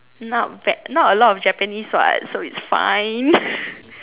not a lot of japanese what so it's fine